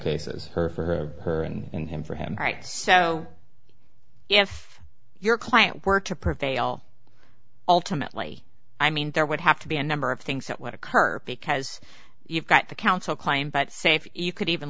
cases her for her her and him for him right so if your client were to prevail ultimately i mean there would have to be a number of things that would occur because you've got the counsel claim but say if you could even